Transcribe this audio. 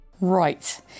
Right